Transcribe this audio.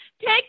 Take